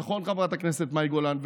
נכון, חברת הכנסת מאי גולן.